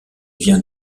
vient